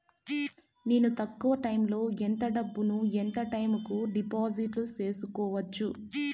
నేను తక్కువ టైములో ఎంత డబ్బును ఎంత టైము కు డిపాజిట్లు సేసుకోవచ్చు?